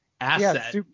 asset